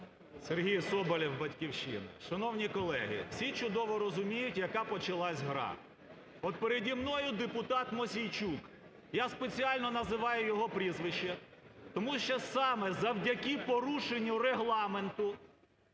Сергій Соболєв, "Батьківщина". Шановні колеги! Всі чудово розуміють, яка почалась гра, от переді мною депутат Мосійчук, я спеціально називаю його прізвище, тому що саме завдяки порушенню Регламенту